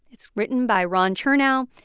it's written by ron chernow,